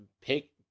pick